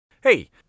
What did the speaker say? Hey